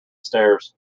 stairs